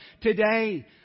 today